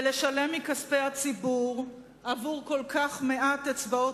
ולשלם מכספי הציבור עבור כל כך מעט אצבעות